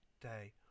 day